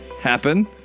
happen